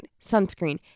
sunscreen